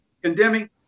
Condemning